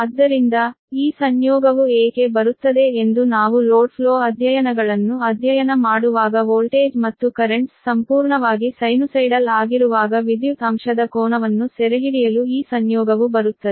ಆದ್ದರಿಂದ ಈ ಸಂಯೋಗವು ಏಕೆ ಬರುತ್ತದೆ ಎಂದು ನಾವು ಲೋಡ್ ಫ್ಲೋ ಅಧ್ಯಯನಗಳನ್ನು ಅಧ್ಯಯನ ಮಾಡುವಾಗ ವೋಲ್ಟೇಜ್ ಮತ್ತು ಕರೆಂಟ್ಸ್ ಸಂಪೂರ್ಣವಾಗಿ ಸೈನುಸೈಡಲ್ ಆಗಿರುವಾಗ ವಿದ್ಯುತ್ ಅಂಶದ ಕೋನವನ್ನು ಸೆರೆಹಿಡಿಯಲು ಈ ಸಂಯೋಗವು ಬರುತ್ತದೆ